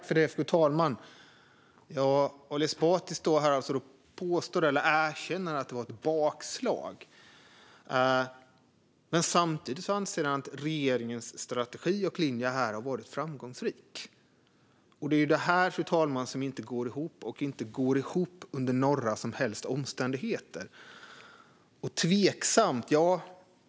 Fru talman! Ali Esbati erkänner att det var ett bakslag. Men samtidigt anser han att regeringen strategi och linje har varit framgångsrik. Detta går inte ihop under några som helst omständigheter.